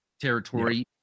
territory